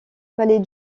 palais